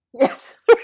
Yes